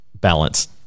balance